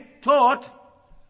taught